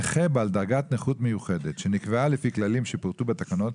נכה בעל דרגת נכות מיוחדת שנקבעה לפי כללים שפורטו בתקנות,